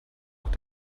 auch